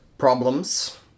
problems